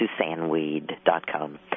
Susanweed.com